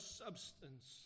substance